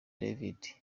david